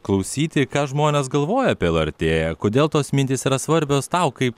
klausyti ką žmonės galvoja apie lrt kodėl tos mintys yra svarbios tau kaip